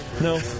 No